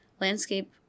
landscape